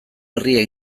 herria